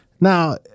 Now